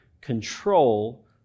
control